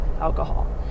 alcohol